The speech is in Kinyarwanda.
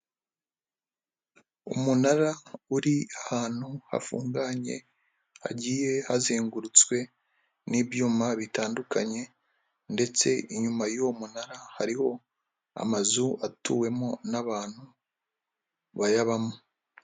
Umunara uri ahantu hafunganye hagiye hazengurutswe n'ibyuma bitandukanye ndetse inyuma y'uwo munara hariho amazu atuwemo n'abantu bayabamo.